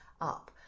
up